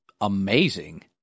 amazing